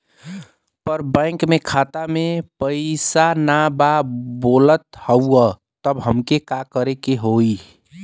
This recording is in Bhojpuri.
पर बैंक मे खाता मे पयीसा ना बा बोलत हउँव तब हमके का करे के होहीं?